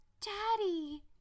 Daddy